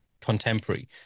contemporary